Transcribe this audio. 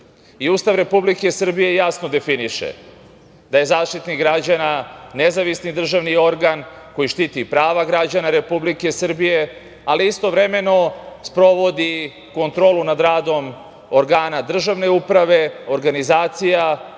Ustav Republike Srbije jasno definiše da je Zaštitnik građana nezavisni državni organ koji štiti prava građana Republike Srbije, ali istovremeno sprovodi kontrolu nad radom organa državne uprave, organizacija,